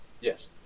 Yes